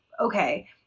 Okay